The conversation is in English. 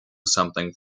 something